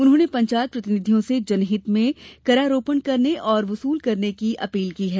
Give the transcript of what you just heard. उन्होंने पंचायत प्रतिनिधियों से जनहित में करारोपण करने और वसूल करने की अपील की है